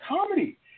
comedy